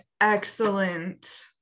excellent